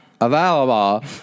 available